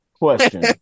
Question